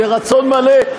ברצון מלא.